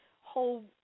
whole